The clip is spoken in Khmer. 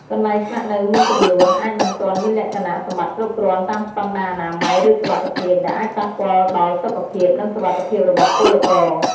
កន្លែងស្នាក់នៅមួយចំនួនអាចមិនទាន់មានលក្ខណៈសម្បត្តិគ្រប់គ្រាន់តាមស្តង់ដារអនាម័យ ឬសុវត្ថិភាព ដែលអាចប៉ះពាល់ដល់សុខភាព និងសុវត្ថិភាពរបស់ពលករ ។